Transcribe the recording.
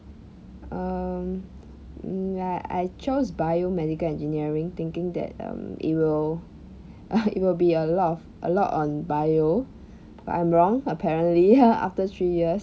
um mm like I chose biomedical engineering thinking that um it will it will be a lot of a lot on bio but I'm wrong apparently after three years